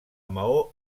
maó